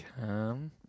Come